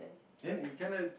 then in felony